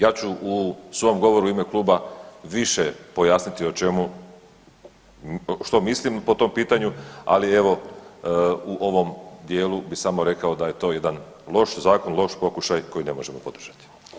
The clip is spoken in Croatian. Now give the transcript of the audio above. Ja ću u svom govoru u ime kluba više pojasniti što mislim po tom pitanju, ali evo u ovom dijelu bi samo rekao da je to jedan loš zakon, loš pokušaj koji ne možemo podržati.